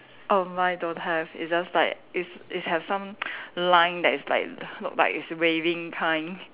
err my don't have it just like it's it has some line that is like look like it's waving kind